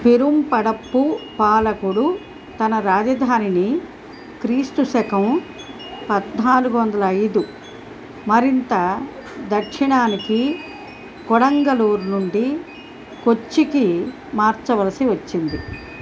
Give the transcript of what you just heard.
పెరుంపడప్పు పాలకుడు తన రాజధానిని క్రీస్తు శకము పద్నాలుగు వందల ఐదు మరింత దక్షిణానికి కొడంగలూర్ నుండి కొచ్చికి మార్చవలసి వచ్చింది